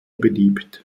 beliebt